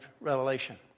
Revelation